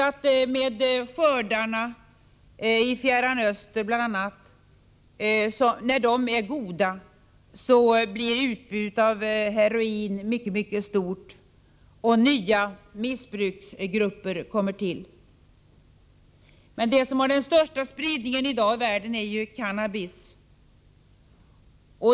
När skördarna bl.a. i Fjärran Östern är goda blir utbudet av heroin mycket stort, och nya missbrukargrupper kommer till. Men det narkotiska preparat som i dag har den största spridningen i världen är cannabis.